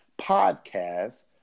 Podcast